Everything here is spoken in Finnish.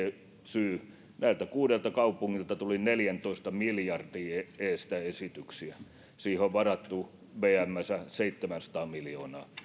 syy näiltä kuudelta kaupungilta tuli neljäntoista miljardin edestä esityksiä ja siihen on varattu vmssä seitsemänsataa miljoonaa